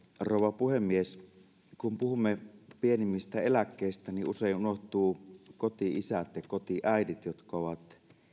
rouva puhemies kun puhumme pienimmistä eläkkeistä usein unohtuvat koti isät ja kotiäidit jotka ovat